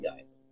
guys